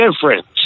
difference